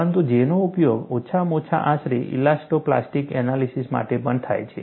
પરંતુ J નો ઉપયોગ ઓછામાં ઓછા આશરે ઇલાસ્ટો પ્લાસ્ટિક એનાલિસીસ માટે પણ થાય છે